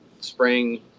spring